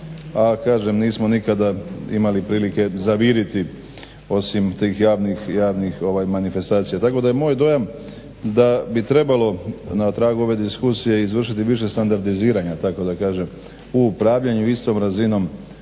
a kažem nismo nikada imali prilike zaviriti osim tih javnih manifestacija. Tako da je moj dojam da bi trebalo na tragu ove diskusije izvršiti i više standardiziranja tako da kažem u upravljanju istom razinom